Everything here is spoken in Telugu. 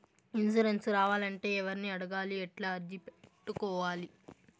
ఇన్సూరెన్సు రావాలంటే ఎవర్ని అడగాలి? ఎట్లా అర్జీ పెట్టుకోవాలి?